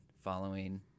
following